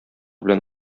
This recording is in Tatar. белән